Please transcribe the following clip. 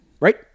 Right